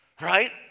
right